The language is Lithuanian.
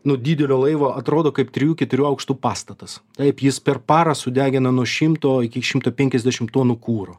nu didelio laivo atrodo kaip trijų keturių aukštų pastatas taip jis per parą sudegina nuo šimto iki šimto penkiasdešim tonų kuro